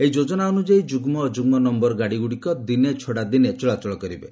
ଏହି ଯୋଜନା ଅନୁଯାୟୀ ଯୁଗ୍ମ ଅଯୁଗ୍ମ ନୟର ଗାଡ଼ିଗୁଡ଼ିକ ଦିନେ ଛଡ଼ା ଦିନେ ଚଳାଚଳ କରିବେ